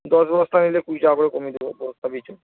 দশ বস্তা নিলে কুড়ি টাকা করে কমিয়ে দেবো বস্তা পিছু